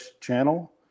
channel